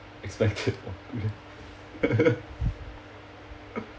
expected